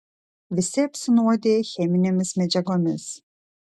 visi apsinuodiję cheminėmis medžiagomis